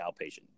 outpatient